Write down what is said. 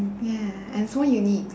mm yeah and so unique